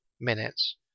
minutes